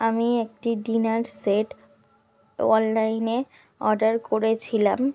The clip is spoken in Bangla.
আমি একটি ডিনার সেট অনলাইনে অর্ডার করেছিলাম